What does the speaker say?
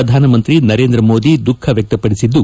ಪ್ರಧಾನ ಮಂತ್ರಿ ನರೇಂದ್ರ ಮೋದಿ ದುಃಖ ವ್ಯಕ್ಷಪಡಿಸಿದ್ದು